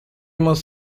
must